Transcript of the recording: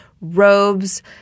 robes